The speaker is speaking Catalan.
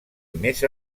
més